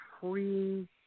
free